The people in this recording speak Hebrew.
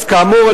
כאמור,